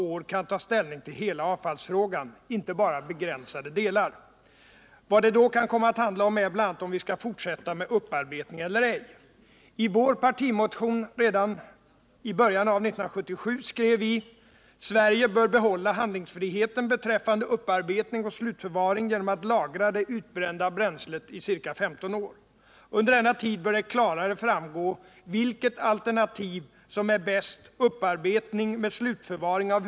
och sysselsättningsmässiga verkningarna av en begränsning av kärnkraftsprogrammet: I ett pressmeddelande från industridepartementet den 14 november 1978 meddelas att energiminister Carl Tham har haft överläggningar med representanter för statens vattenfallsverk, Forsmarksgruppen och Oskarshamnsgruppen angående kärnkraftsprogrammet. Av pressmeddelandet framgår också att energiministern har utsett en statlig förhandlare.